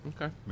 Okay